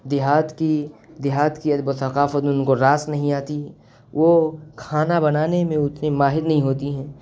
دیہات کی دیہات کی ادب و ثقافت ان کو راس نہیں آتی وہ کھانا بنانے میں اتنی ماہر نہیں ہوتی ہیں